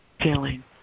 feeling